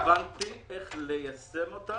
לא הסכמתי, כי לא הבנתי איך ליישם אותה